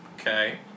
Okay